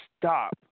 stop